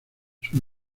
sus